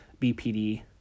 BPD